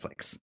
netflix